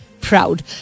proud